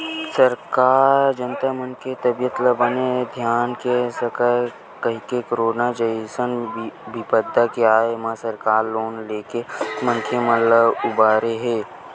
सरकार जनता मन के तबीयत ल बने धियान दे सकय कहिके करोनो जइसन बिपदा के आय म सरकार लोन लेके मनखे मन ल उबारे हे